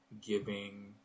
giving